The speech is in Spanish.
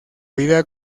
vida